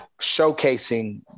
showcasing